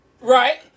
Right